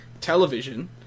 television